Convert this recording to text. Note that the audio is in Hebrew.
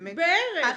בערך.